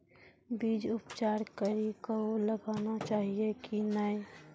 बीज उपचार कड़ी कऽ लगाना चाहिए कि नैय?